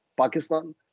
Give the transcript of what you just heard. Pakistan